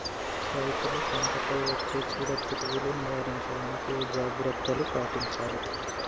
రైతులు పంట పై వచ్చే చీడ పురుగులు నివారించడానికి ఏ జాగ్రత్తలు పాటించాలి?